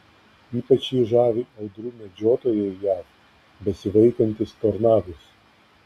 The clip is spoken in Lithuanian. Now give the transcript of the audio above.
ypač jį žavi audrų medžiotojai jav besivaikantys tornadus